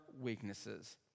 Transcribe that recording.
weaknesses